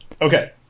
Okay